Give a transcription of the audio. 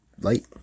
light